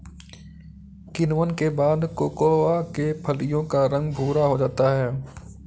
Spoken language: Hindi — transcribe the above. किण्वन के बाद कोकोआ के फलियों का रंग भुरा हो जाता है